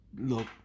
Look